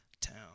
town